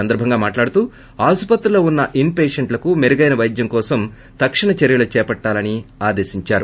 సందర్బంగా మాట్లాడుతూ ఆసుపత్రిలో ఉన్న ఇన్ పేషెంట్లకు మెరుగైన వైద్యం కోసం తక్షణ చర్చలు చేపట్టాలని ఆదేశించారు